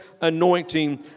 anointing